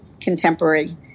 contemporary